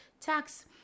Tax